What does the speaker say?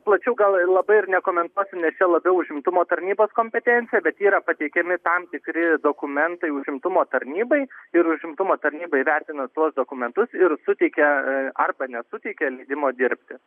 plačiau gal labai ir niekuometuosiu nes čia labiau užimtumo tarnybos kompetencija bet yra pateikiami tam tikri dokumentai užimtumo tarnybai ir užimtumo tarnyba įvertina tuos dokumentus ir suteikia arba nesuteikia leidimo dirbti